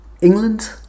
England